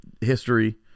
history